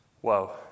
Whoa